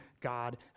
God